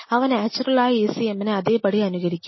അവ നാച്ചുറലായ ECM ന്നെ അതേപടി അനുകരിക്കും